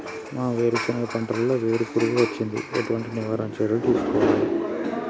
మా వేరుశెనగ పంటలలో వేరు పురుగు వచ్చింది? ఎటువంటి నివారణ చర్యలు తీసుకోవాలే?